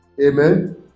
Amen